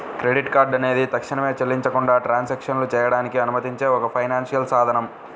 credit card అనేది తక్షణమే చెల్లించకుండా ట్రాన్సాక్షన్లు చేయడానికి అనుమతించే ఒక ఫైనాన్షియల్ సాధనం